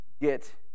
get